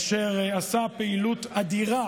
אשר עשה פעילות אדירה